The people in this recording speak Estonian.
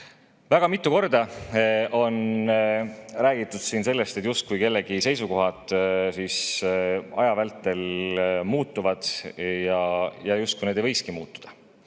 Väga mitu korda on räägitud siin sellest, et kellegi seisukohad aja vältel muutuvad, justkui need ei võikski muutuda.